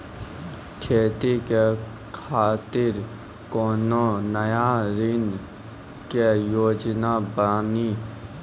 खेती के खातिर कोनो नया ऋण के योजना बानी?